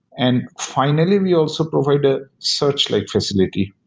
and finally, we also provide a search-like facility.